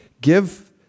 give